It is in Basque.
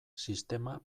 sistema